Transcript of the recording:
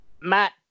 Matt